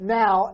now